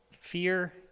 Fear